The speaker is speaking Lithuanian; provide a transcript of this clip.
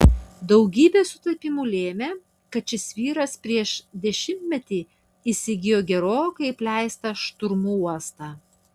daugybė sutapimų lėmė kad šis vyras prieš dešimtmetį įsigijo gerokai apleistą šturmų uostą